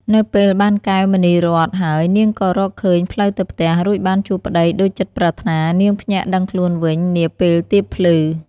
នៅពេលបានកែវមណីរត្នហើយ នាងក៏ រកឃើញផ្លូវទៅផ្ទះ រួចបានជួបប្តីដូចចិត្តប្រាថ្នា នាងភ្ញាក់ដឹងខ្លួនវិញ នាពេលទៀបភ្លឺ ។